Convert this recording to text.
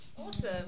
Awesome